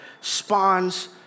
spawns